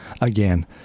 Again